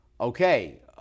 Okay